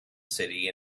city